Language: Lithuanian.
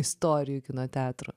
istorijų kino teatrų